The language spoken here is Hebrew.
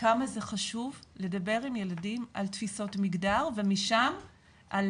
כמה זה חשוב לדבר עם ילדים על תפיסות מגדר ומשם על